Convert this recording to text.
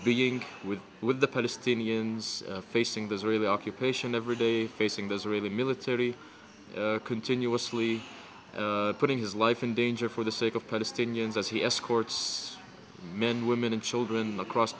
being with with the palestinians facing the israeli occupation every day facing the israeli military continuously putting his life in danger for the sake of palestinians as he escorts men women and children across